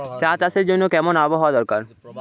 চা চাষের জন্য কেমন আবহাওয়া দরকার?